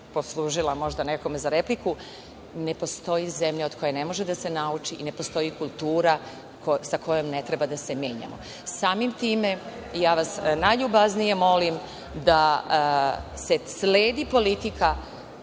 poslužila možda nekome za repliku, ne postoji zemlja od koje ne može da se nauči i ne postoji kultura sa kojom ne treba da se menjamo. Samim time, ja vas najljubaznije molim da se sledi politika